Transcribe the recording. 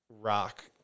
rock